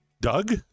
Doug